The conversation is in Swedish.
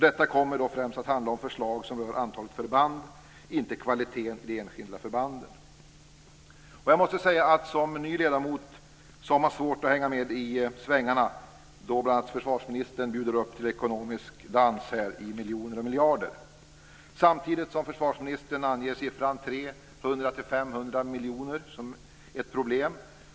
Detta kommer då främst att handla om förslag som rör antalet förband, inte kvaliteten i de enskilda förbanden. Som ny ledamot har man svårt att hänga med i svängarna när bl.a. försvarsministern bjuder upp till en dans som gäller miljoner och miljarder. Försvarsministern anger nivån 300-500 miljoner kronor vara ett problem.